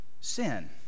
sin